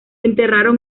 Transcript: enterraron